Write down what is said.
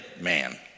man